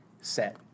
set